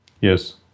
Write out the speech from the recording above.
yes